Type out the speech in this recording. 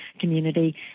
community